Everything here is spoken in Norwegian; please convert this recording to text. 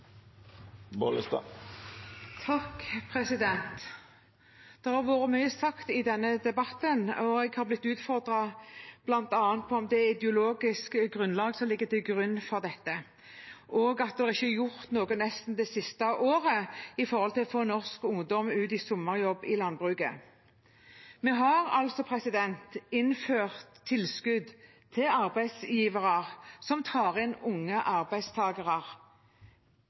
Det har vært sagt mye i denne debatten. Jeg har bl.a. blitt utfordret på det ideologiske grunnlaget for dette, og at det nesten ikke er gjort noe det siste året for å få norsk ungdom ut i sommerjobb i landbruket. Vi har altså innført tilskudd til arbeidsgivere som tar inn unge